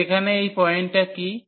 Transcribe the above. তো এখানে এই পয়েন্টটি কী